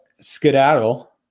skedaddle